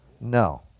No